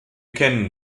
kennen